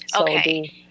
Okay